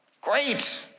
great